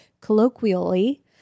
colloquially